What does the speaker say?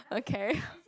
okay